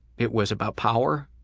it was about power.